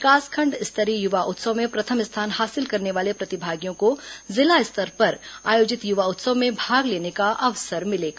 विकासखंड स्तरीय युवा उत्सव में प्रथम स्थान हासिल करने वाले प्रतिभागियों को जिला स्तर पर आयोजित युवा उत्सव में भाग लेने का अवसर मिलेगा